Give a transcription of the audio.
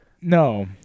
no